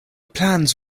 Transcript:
plans